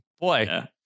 Boy